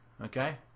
Okay